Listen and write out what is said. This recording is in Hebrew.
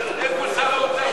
איפה שר האוצר?